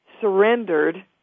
surrendered